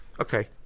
Okay